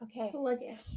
Okay